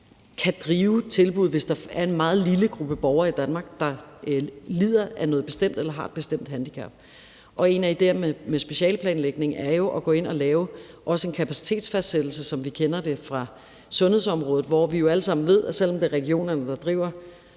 kan drive tilbud, hvis der er en meget lille gruppe borgere i Danmark, der lider af noget bestemt eller har et bestemt handicap. En af idéerne med specialeplanlægning er jo at gå ind at lave også en kapacitetsfastsættelse, som vi kender det fra sundhedsområdet, hvor vi jo alle sammen ved, at selv om det er regionerne, der driver